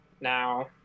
now